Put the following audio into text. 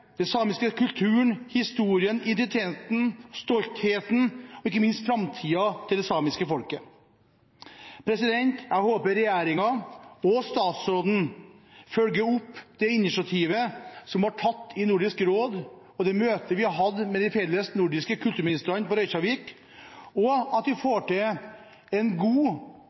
samiske kulturen, historien, identiteten, stoltheten og ikke minst framtiden til det samiske folket. Jeg håper regjeringen og statsråden følger opp det initiativet som ble tatt i Nordisk Råd på møtet de nordiske kulturministrene hadde i Reykjavik, og at vi får til en god